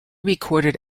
recorded